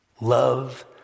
love